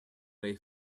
way